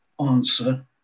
answer